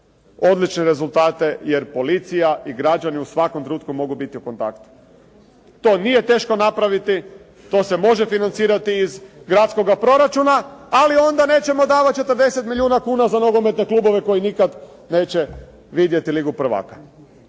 odlične rezultate, jer policija i građani u svakom trenutku mogu biti u kontaktu. To nije teško napraviti. To se može financirati iz gradskoga proračuna, ali onda nećemo davati 40 milijuna kuna za nogometne klubove koji nikad neće vidjeti ligu prvaka.